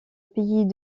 pays